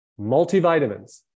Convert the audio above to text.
Multivitamins